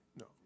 No